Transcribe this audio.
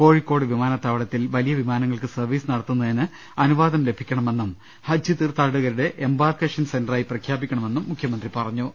കോഴിക്കോട് വിമാനത്താവളത്തിൽ വലിയ വിമാനങ്ങൾക്ക് സർവീസ് നടത്തുന്നതിന് അനുവാദം ലഭിക്കണ മെന്നും ഹജ്ജ് തീർത്ഥാടകരുടെ എംബാർക്കേഷൻ സെന്ററായി പ്രഖ്യാ പിക്കണമെന്നും മുഖ്യമന്ത്രി പറഞ്ഞു